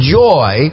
joy